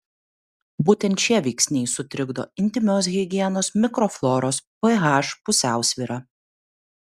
būtent šie veiksniai sutrikdo intymios higienos mikrofloros ph pusiausvyrą